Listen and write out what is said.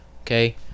Okay